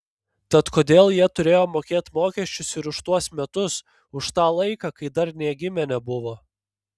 tad kodėl jie turėjo mokėt mokesčius ir už tuos metus už tą laiką kai dar nė gimę nebuvo